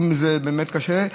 אם זה באמת קשה,